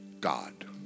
God